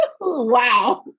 wow